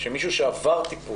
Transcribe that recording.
נתון